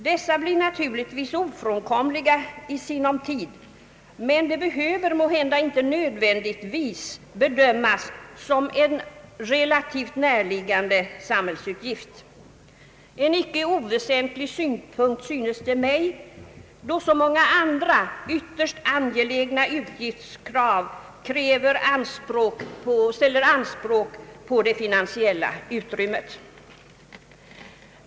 Dessa blir naturligtvis ofrånkomliga i sinom tid, men de behöver måhända inte nödvändigtvis bedömas som en relativt närliggande samhällsutgift — en inte oväsentligt synpunkt, synes det mig, då så många andra ytterst angelägna utgiftskrav ställer anspråk på det finansiella utrymmet.